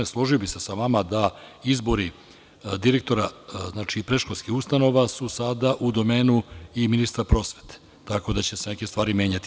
Složio bih se sa vama da izbori direktora predškolskih ustanova su sada u domenu ministra prosvete, tako da će se tu neke stvari menjati.